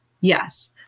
Yes